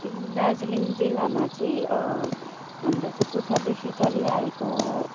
दार्जिलिङ्ग जिल्लामा चाहिँ हाम्रो चाहिँ पुर्खादेखि चलिआएको